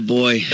boy